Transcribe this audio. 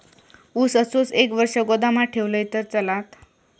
ऊस असोच एक वर्ष गोदामात ठेवलंय तर चालात?